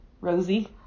Rosie